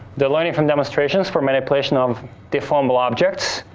the learning from demonstrations for manipulation of the fumble objects,